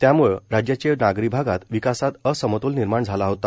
यामुळे राज्याचे नागरी भागात विकासात असमतोल निर्माण झाला होता